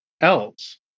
else